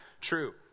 true